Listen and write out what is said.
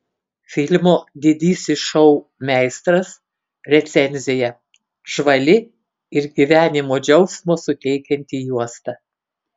filmo didysis šou meistras recenzija žvali ir gyvenimo džiaugsmo suteikianti juosta